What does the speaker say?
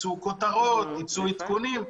כותרות, עדכונים.